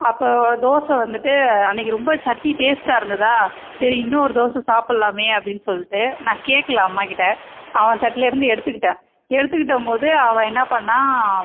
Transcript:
அப்போ தோசை வந்துகிட்டு அன்னிக்கு ரொம்ப சட்னி டேஸ்டாக இருந்துதா சரி இன்னொரு தோசை சாப்பிட்லாமே அப்படின்னு சொல்லிட்டு நான் கேட்கல அம்மா கிட்ட அவன் தட்டில் இருந்து எடுத்துக்கிட்டேன் எடுத்துக்கிட்ட போது அவன் என்ன பண்ணான்